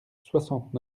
soixante